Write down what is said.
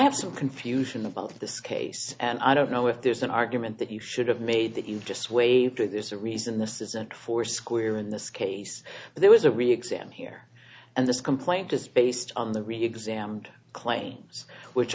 have some confusion about this case and i don't know if there's an argument that you should have made that you just waved through there's a reason this isn't foursquare in this case there was a real exam here and this complaint is based on the reexamined claims which